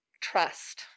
trust